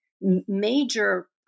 major